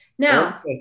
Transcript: Now